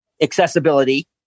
accessibility